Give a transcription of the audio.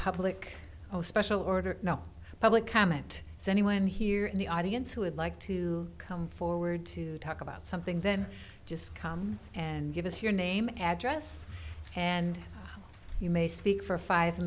public oh special order no public comment anyone here in the audience who would like to come forward to talk about something then just come and give us your name address and you may speak for five